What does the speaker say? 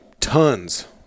tons